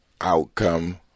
outcome